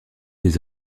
des